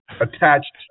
attached